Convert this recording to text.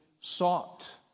sought